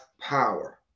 power